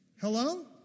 Hello